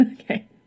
Okay